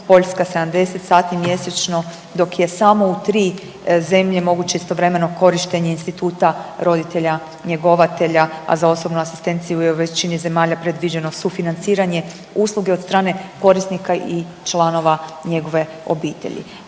Poljska 70 sati mjesečno, dok je samo u 3 zemlje moguće istovremeno korištenja instituta roditelja njegovatelja, a za osobnu asistenciju je u većini zemalja predviđeno sufinanciranje usluge od strane korisnika i članova njegove obitelji